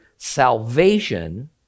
Salvation